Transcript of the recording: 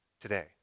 today